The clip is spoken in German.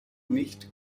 nicht